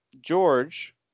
George